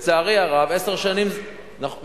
לצערי הרב, עשר שנים, לא מספיק.